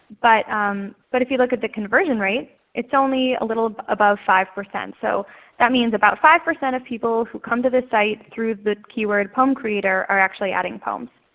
but um but if you look at the conversion rate it's only a little above five. so that means about five percent of people who come to this site through the keyword poem creator are actually adding poems.